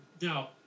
Now